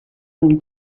him